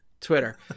Twitter